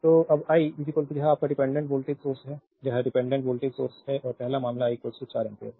तो जब आई यह आपका डिपेंडेंट वोल्टेज सोर्स है यह एक डिपेंडेंट वोल्टेज सोर्स है और पहला मामला I 4 एम्पीयर है